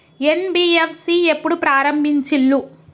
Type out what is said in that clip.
NBFC ఎప్పుడు ప్రారంభించిల్లు?